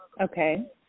Okay